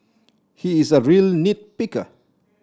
he is a real nit picker